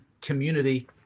community